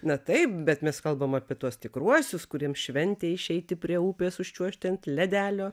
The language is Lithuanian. na taip bet mes kalbam apie tuos tikruosius kuriem šventė išeiti prie upės užčiuožti ant ledelio